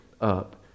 up